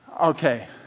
okay